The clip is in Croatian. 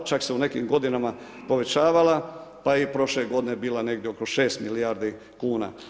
Čak se u nekim godinama povećavala, pa je prošle godine bila negdje oko 6 milijardi kuna.